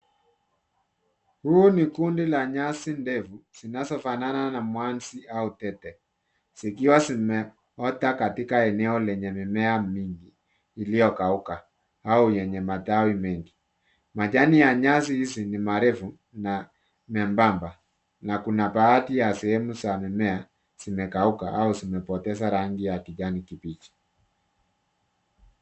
Huu ni kundi la nyasi ndefu zinazofanana na mwanzi au tete zikiwa zimeota katika eneo lenye mimea mingi iliyokauka au yenye matawi mengi. Majani ya nyasi hizi ni marefu na nyembamba na kuna baadhi ya sehemu za mimea zimekauka au zimepoteza rangi ya kijani kibichi.